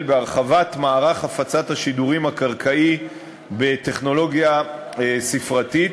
בהרחבת מערך הפצת השידורים הקרקעי בטכנולוגיה ספרתית,